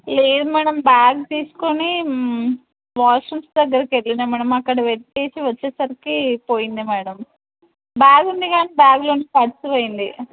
లేదు madam bag తీసుకోని washrooms దగ్గరకి వెళ్ళిన మ్యాడమ్ అక్కడ పెట్టి వచ్చేసరికి పోయింది మ్యాడమ్ బ్యాగ్ ఉంది కానీ బ్యాగ్లో నుంచి పర్స్ పోయింది